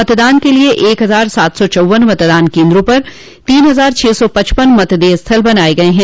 मतदान के लिये एक हजार सात सौ चौव्वन मतदान केन्द्रों पर तीन हजार छह सौ पचपन मतदेय स्थल बनाये गये हैं